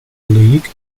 league